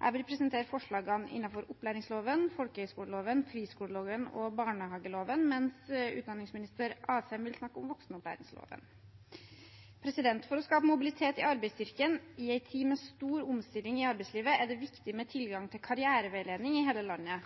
Jeg vil presentere forslagene innenfor opplæringsloven, folkehøyskoleloven, friskoleloven og barnehageloven, mens utdanningsminister Asheim vil snakke om voksenopplæringsloven. For å skape mobilitet i arbeidsstyrken i en tid med stor omstilling i arbeidslivet er det viktig med tilgang til karriereveiledning i hele landet.